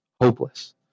hopeless